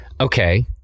Okay